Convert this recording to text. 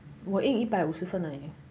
我印一百五十份而已